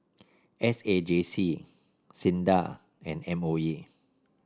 S A J C SINDA and M O E